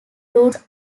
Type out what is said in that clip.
routes